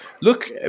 Look